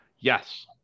Yes